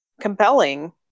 compelling